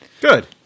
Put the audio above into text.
good